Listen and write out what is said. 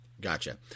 Gotcha